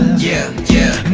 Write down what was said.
yeah yeah